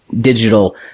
digital